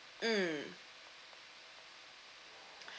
mmhmm